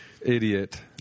Idiot